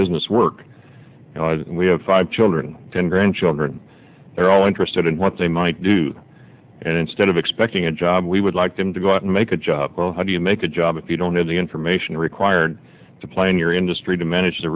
business work we have five children ten grandchildren they're all interested in what they might do and instead of expecting a job we would like them to go out and make a job well how do you make a job if you don't have the information required to play in your industry to manage the